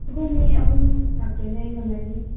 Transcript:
ꯑꯩꯈꯣꯏ ꯃꯤ ꯑꯍꯨꯝ ꯂꯥꯛꯇꯣꯏꯅꯦ ꯑꯩꯒ ꯃꯔꯤ